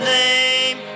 name